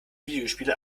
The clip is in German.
videospiele